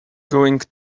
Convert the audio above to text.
going